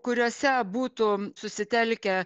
kuriose būtų susitelkę